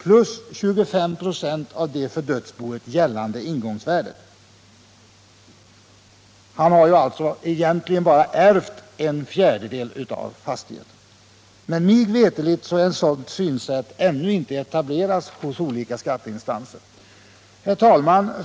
plus 25 96 av det för dödsboet gällande ingångsvärdet. Han har alltså egentligen bara ärvt en fjärdedel av fastigheten. Men mig veterligt är ett sådant synsätt ännu ej etablerat hos olika skatteinstanser. Herr talman!